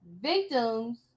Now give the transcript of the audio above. victims